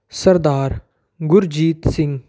Sardar Gurjeet Singh